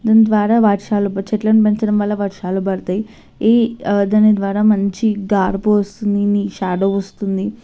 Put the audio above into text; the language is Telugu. దాని ద్వారా వర్షాలు చట్లను పెంచడం వల్ల వర్షాలు పడతాయి ఈ దాని ద్వారా మంచి గాలిపు వస్తుంది షాడో వస్తుంది